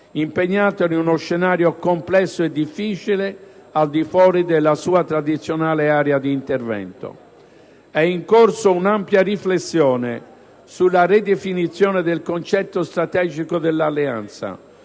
impegnata in uno scenario complesso e difficile al di fuori della sua tradizionale area di intervento. È in corso un'ampia riflessione sulla ridefinizione del concetto strategico dell'Alleanza,